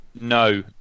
No